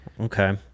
okay